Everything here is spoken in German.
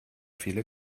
viele